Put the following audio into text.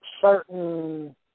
certain